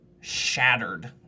shattered